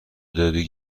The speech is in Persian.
داری